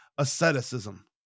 asceticism